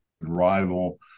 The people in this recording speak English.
rival